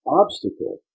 obstacle